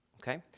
okay